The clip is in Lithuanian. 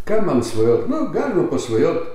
ką man svajot na galima pasvajot